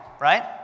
right